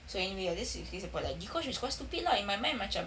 so anyway I guess he's still got support like dee kosh is quite stupid lah in my mind macam